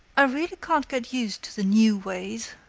i really can't get used to the new ways.